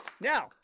Now